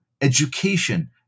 education